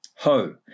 Ho